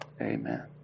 Amen